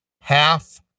half